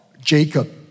Jacob